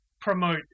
promote